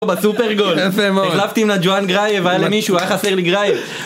בסופרגול! יפה מאוד החלפתי עם לג'ואן גרייב, היה למישהו, היה חסר לי גרייב